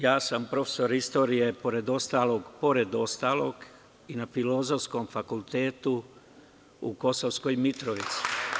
Ja sam profesor istorije, pored ostalog, i na Filozofskom fakultetu u Kosovskoj Mitrovici.